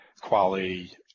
quality